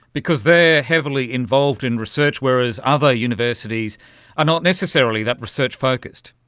because they are heavily involved in research, whereas other universities are not necessarily that research focused.